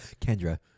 Kendra